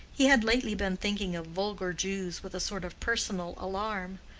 he had lately been thinking of vulgar jews with a sort of personal alarm.